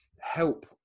help